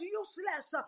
useless